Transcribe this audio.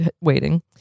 waiting